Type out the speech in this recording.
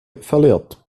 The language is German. verliert